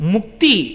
Mukti